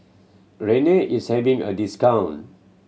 Rene is having a discount